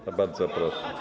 To bardzo proszę.